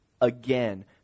Again